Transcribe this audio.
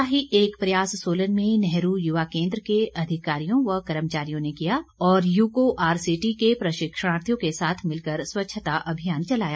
ऐसा ही एक प्रयास सोलन में नेहरू युवा केन्द्र के अधिकारियों व कर्मचारियों ने यूको आरसीटी के प्रशिक्षणार्थियों के साथ मिलकर स्वच्छता अभियान चलाया